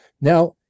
now